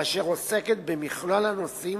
אשר עוסקת במכלול הנושאים